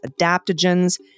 adaptogens